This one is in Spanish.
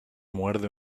muerde